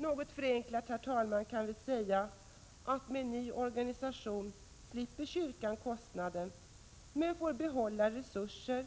Något förenklat kan vi säga att med en ny organisation slipper kyrkan kostnaderna men får behålla resurser